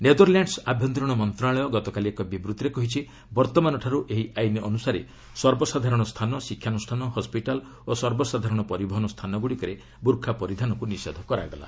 Netherlands ଆଭ୍ୟନ୍ତରୀଣ ମନ୍ତ୍ରଣାଳୟ ଗତକାଲି ଏକ ବିବୃତ୍ତିରେ କହିଛି ବର୍ତ୍ତମାନଠାରୁ ଏହି ଆଇନ ଅନୁସାରେ ସର୍ବସାଧାରଣ ସ୍ଥାନ ଶିକ୍ଷାନୁଷ୍ଠାନ ହସ୍କିଟାଲ୍ ଓ ସର୍ବସାଧାରଣ ପରିବହନ ସ୍ଥାନଗୁଡ଼ିକରେ ବୁର୍ଖା ପରିଧାନକୁ ନିଷେଧ କରାଗଲା